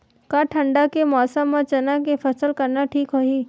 का ठंडा के मौसम म चना के फसल करना ठीक होही?